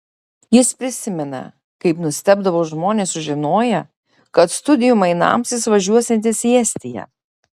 jis prisimena kaip nustebdavo žmonės sužinoję kad studijų mainams jis važiuosiantis į estiją